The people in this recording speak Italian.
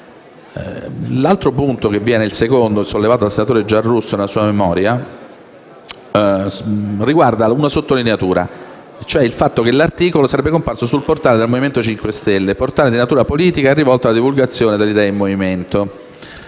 della Consulta. Il secondo punto sollevato dal senatore Giarrusso nella sua memoria riguarda una sottolineatura, ossia il fatto che l'articolo sarebbe comparso sul portale del Movimento 5 Stelle, definito «portale di natura politica e rivolto alla divulgazione delle idee del Movimento».